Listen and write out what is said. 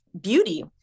beauty